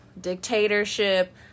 dictatorship